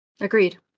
Agreed